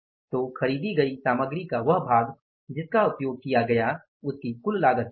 तो खरीदी गई सामग्री का वह भाग जिसका उपयोग किया गया उसकी कुल लागत क्या है